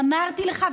אמרתי לך,